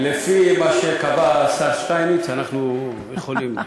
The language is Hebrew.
לפי מה שקבע השר שטייניץ, אנחנו יכולים.